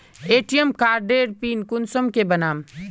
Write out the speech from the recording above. ATM कार्डेर pin कुंसम के बनाम?